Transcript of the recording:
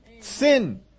sin